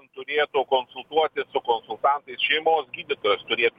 turėtų konsultuotis su konsultantais šeimos gydytojas turėtų